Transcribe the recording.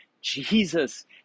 Jesus